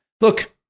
look